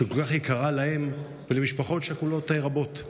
שכל כך יקרה להם ולמשפחות שכולות רבות.